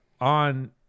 on